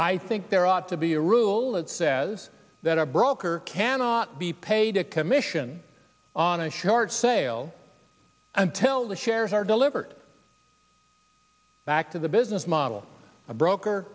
i think there ought to be a rule that says that our broker cannot be paid a commission on a short sale until the shares are delivered back to the business model a broker